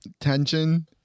tension